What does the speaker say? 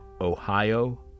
Ohio